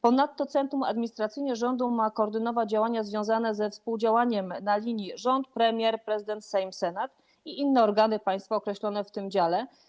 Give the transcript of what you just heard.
Ponadto centrum administracyjne rządu ma koordynować działania związane ze współdziałaniem na linii rząd - premier - prezydent - Sejm, Senat i inne organy państwa określone w tym dziale.